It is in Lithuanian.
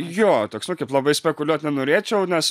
jo toks nu kaip labai spekuliuot nenorėčiau nes